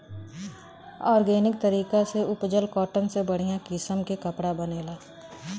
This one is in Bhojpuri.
ऑर्गेनिक तरीका से उपजल कॉटन से बढ़िया किसम के कपड़ा बनेला